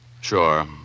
Sure